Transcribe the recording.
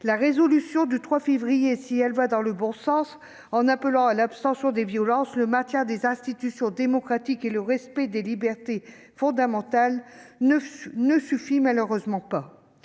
de sécurité du 4 février allait dans le bon sens, en appelant à l'abandon des violences, au maintien des institutions démocratiques et au respect des libertés fondamentales, elle ne suffisait malheureusement pas.